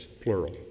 plural